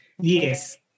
Yes